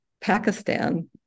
Pakistan